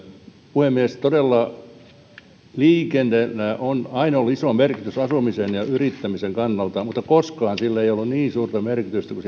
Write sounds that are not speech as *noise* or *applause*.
puhemies todella liikenteellä on aina ollut iso merkitys asumisen ja yrittämisen kannalta mutta koskaan sillä ei ole ollut niin suurta merkitystä kuin *unintelligible*